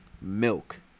milk